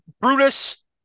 Brutus